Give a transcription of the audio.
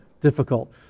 difficult